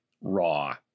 raw